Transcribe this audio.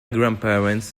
grandparents